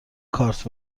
کارت